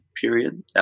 period